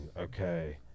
Okay